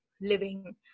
living